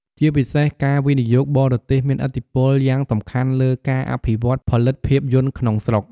ជាពិសេសការវិនិយោគបរទេសមានឥទ្ធិពលយ៉ាងសំខាន់លើការអភិវឌ្ឍន៍ផលិតភាពយន្តក្នុងស្រុក។